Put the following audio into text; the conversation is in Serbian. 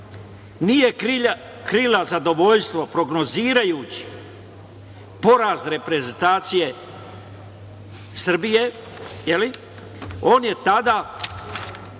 nije krila zadovoljstvo prognozirajući poraz reprezentacije Srbije. On je tada